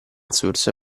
source